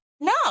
No